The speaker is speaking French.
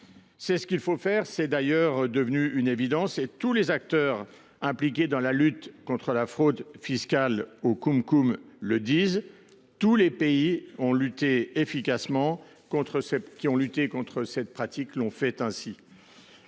C’est ce qu’il faut faire. C’est d’ailleurs devenu une évidence : tous les acteurs impliqués dans la lutte contre la fraude fiscale aux CumCum le disent. Tous les pays qui ont lutté efficacement contre les pratiques en question